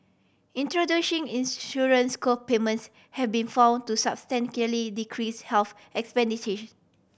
introducing insurance co payments have been found to substantially decrease health